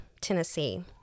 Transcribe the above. tennessee